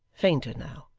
fainter now,